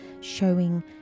showing